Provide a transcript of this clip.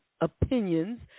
opinions